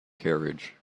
carriage